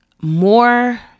more